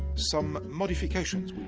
some modifications.